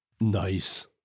Nice